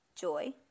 joy